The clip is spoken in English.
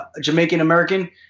Jamaican-American